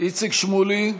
איציק שמולי,